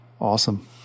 Awesome